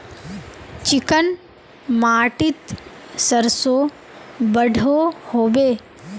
Chicken माटित सरसों बढ़ो होबे?